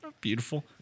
Beautiful